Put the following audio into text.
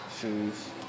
shoes